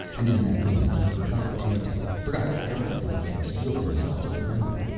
and in that moment he forgot dandtan, forgot everything he had steeled himself to remember.